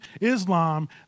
Islam